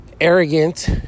arrogant